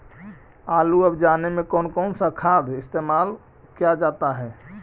आलू अब जाने में कौन कौन सा खाद इस्तेमाल क्या जाता है?